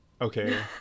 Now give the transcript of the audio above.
okay